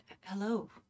Hello